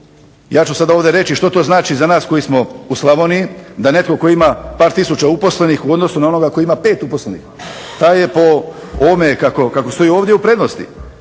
Ja ću sada ovdje reći za nas koji smo u Slavoniji da netko tko ima par tisuća uposlenih u odnosu na onoga koji ima 5 uposlenih, taj je po ovome kako stoji ovdje u prednosti.